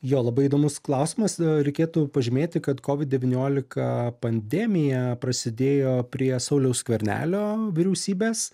jo labai įdomus klausimas reikėtų pažymėti kad kovid devyniolika pandemija prasidėjo prie sauliaus skvernelio vyriausybės